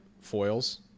foils